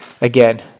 Again